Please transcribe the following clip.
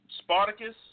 Spartacus